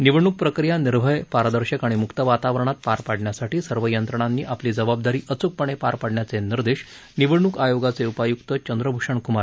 निवडणूक प्रक्रिया निर्भय पारदर्शक आणि मुक्त वातावरणात पार पाडण्यासाठी सर्व यंत्रणांनी आपली जबाबदारी अचूकपणे पार पाडण्याचे निर्देश निवडणूक आयोगाचे उपायुक्त चंद्रभूषण कुमार यांनी आज अमरावती धिं दिले